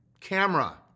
camera